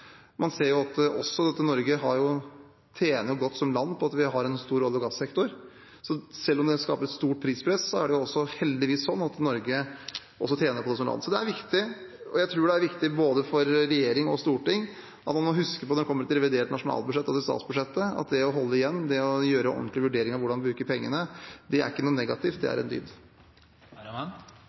Man ser også at Norge tjener godt som land på at vi har en stor olje- og gassektor. Selv om det skaper stort prispress, er det heldigvis slik at Norge også tjener på det som land. Det er viktig, og jeg tror det er viktig for både regjering og storting at man husker på, når man kommer til revidert nasjonalbudsjett, etter statsbudsjettet, at det å holde igjen, det å gjøre ordentlige vurderinger av hvordan vi bruker pengene, ikke er noe negativt – det er en dyd.